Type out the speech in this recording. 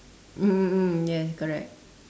mm mm yes correct